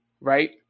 Right